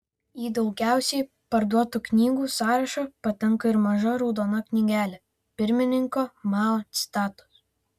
į daugiausiai parduotų knygų sąrašą patenka ir maža raudona knygelė pirmininko mao citatos